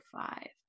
five